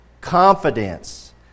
confidence